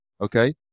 Okay